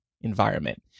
environment